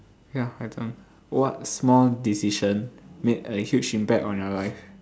ya my turn what small decision made a huge impact on your life